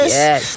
yes